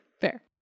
Fair